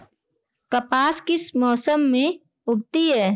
कपास किस मौसम में उगती है?